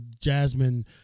Jasmine